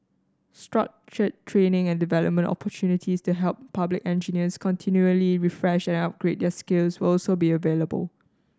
structured training and development opportunities to help public engineers continually refresh and upgrade their skills will also be available